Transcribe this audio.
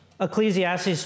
Ecclesiastes